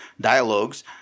dialogues